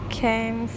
came